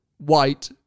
White